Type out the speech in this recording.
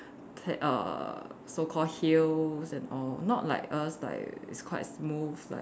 k~ err so called hills and all not like us like it's quite smooth like